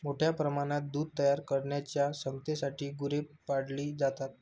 मोठ्या प्रमाणात दूध तयार करण्याच्या क्षमतेसाठी गुरे पाळली जातात